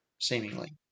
seemingly